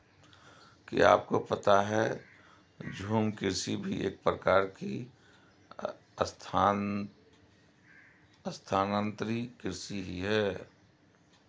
क्या आपको पता है झूम कृषि भी एक प्रकार की स्थानान्तरी कृषि ही है?